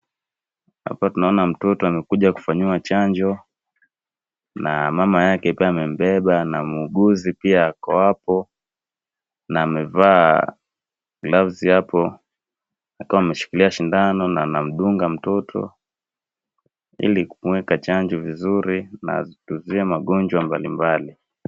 Hapa tunaona mtoto amekuja kufanyiwa chanjo na mama yake pia amembeba muuguzi pia ako hapo na amevaa gloves hapo akiwa ameshikilia sindano na anamdunga mtoto ilikumweka chanjo vizuri na tuzuie magonjwa mbalimbali.